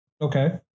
Okay